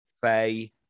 Faye